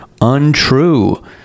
Untrue